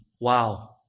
wow